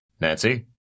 Nancy